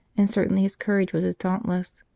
and certainly his courage was as dauntless.